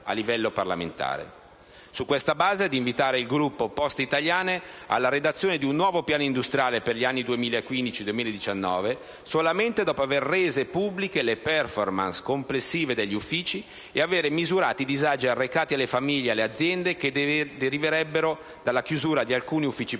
Su questa base, si invita il gruppo Poste italiane alla redazione di un nuovo piano industriale per gli anni 2015-2019 solamente dopo aver reso pubbliche le *performance* complessive degli uffici ed aver misurato i disagi arrecati alle famiglie e alle aziende che deriverebbero dalla chiusura di alcuni uffici postali.